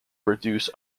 reduce